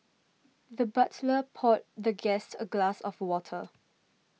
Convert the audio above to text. the butler poured the guest a glass of water